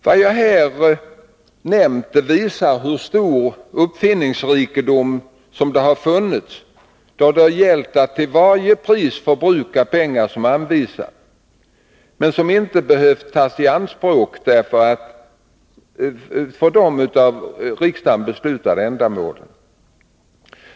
Vad jag här har nämnt visar hur stor uppfinningsrikedom det har funnits då det gällt att till varje pris förbruka pengar som anvisats, men som inte behövt tas i anspråk för de av riksdagen beslutade ändamålen.